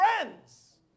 friends